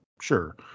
Sure